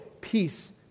peace